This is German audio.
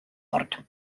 ort